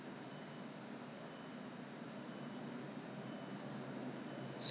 okay so mask 就是用 cotton bud 放一点那个 toner 然后 just clean